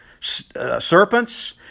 serpents